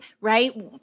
right